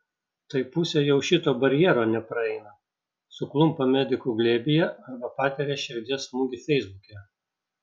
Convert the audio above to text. tai pusė jau šito barjero nepraeina suklumpa medikų glėbyje arba patiria širdies smūgį feisbuke